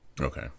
okay